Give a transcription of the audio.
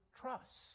trust